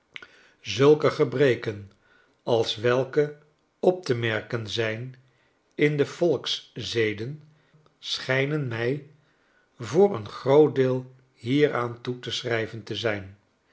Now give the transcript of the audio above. zulke gebreken als welke op te merken zijn in de volkszeden schijnen mij voor een groot deel hieraan toe te schrijven te zijn